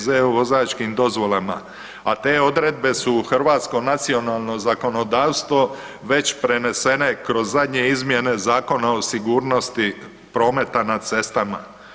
EZ-a o vozačkim dozvolama, a te odredbe su u hrvatsko nacionalno zakonodavstvo već prenesene kroz zadnje izmjene Zakona o sigurnosti prometa na cestama.